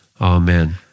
Amen